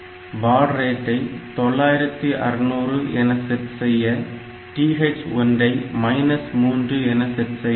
பாட் ரேட்டை 9600 என செட் செய்ய TH1 ஐ மைனஸ் 3 என்று செட் செய்ய வேண்டும்